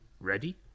Ready